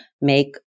make